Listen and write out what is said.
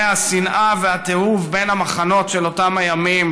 השנאה והתיעוב בין המחנות של אותם ימים.